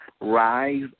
Rise